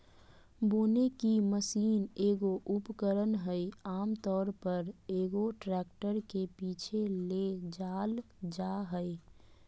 बोने की मशीन एगो उपकरण हइ आमतौर पर, एगो ट्रैक्टर के पीछे ले जाल जा हइ